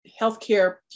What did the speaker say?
Healthcare